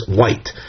white